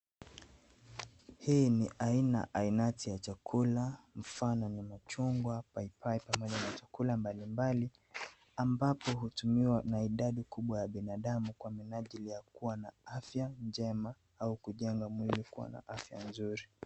Hii ni aina ainati ya chakula, mfano ni machungwa, paipai kama machakula mbalimbali ambapo hutumiwa na idadi kubwa ya binadamu kwa min ajili ya kuwa afya njema au kujenga mwili kuwa na afya nzuri.